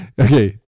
Okay